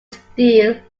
steele